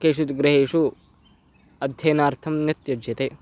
केषुचिद् गृहेषु अध्ययनार्थं न त्यज्यते